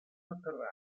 sotterraneo